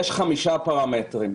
יש חמישה פרמטרים.